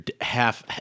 half